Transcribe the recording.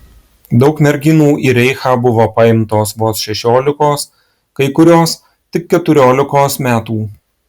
daug merginų į reichą buvo paimtos vos šešiolikos kai kurios tik keturiolikos metų